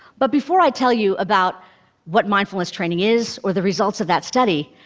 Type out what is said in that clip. but before i tell you about what mindfulness training is, or the results of that study,